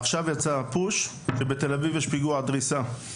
עכשיו יצא הפוש שבתל אביב יש פיגוע דריסה.